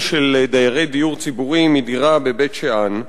של דיירי דיור ציבורי מדירה בבית-שאן.